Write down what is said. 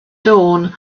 dawn